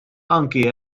anki